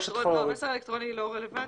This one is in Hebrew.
גם (ה) לא רלוונטי.